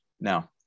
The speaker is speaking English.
Now